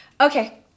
Okay